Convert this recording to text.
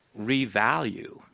revalue